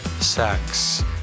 sex